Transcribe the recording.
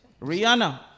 Rihanna